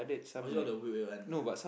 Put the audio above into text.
all this all the weird weird one ah